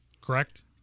correct